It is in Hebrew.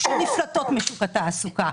שנפלטות משוק העבודה.